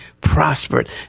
prospered